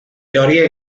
teoría